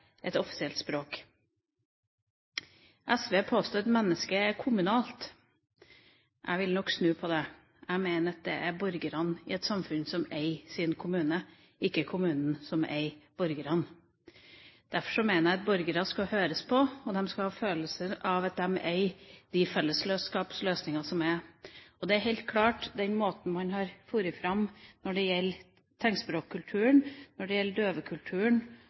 et offisielt språk. SV påstår at mennesket er kommunalt. Jeg vil nok snu på det. Jeg mener at det er borgerne i et samfunn som eier sin kommune, ikke kommunen som eier borgerne. Derfor mener jeg at borgere skal høres på, og de skal ha følelsen av at de eier de fellesskapsløsningene som er. Det er helt klart at den måten man har fart fram på når det gjelder tegnspråkkulturen, når det gjelder døvekulturen,